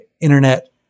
internet